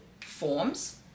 forms